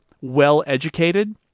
well-educated